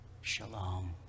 Shalom